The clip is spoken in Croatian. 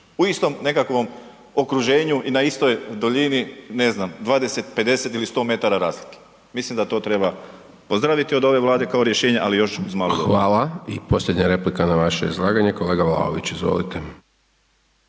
u istom nekakvom okruženju i na istoj duljini ne znam 20, 50 ili 100 m razlike. Mislim da to treba pozdraviti od ove Vlade kao rješenje, ali još uz dorade. **Hajdaš Dončić, Siniša (SDP)** Hvala. I posljednja replika na vaše izlaganje, kolega Vlaović. Izvolite.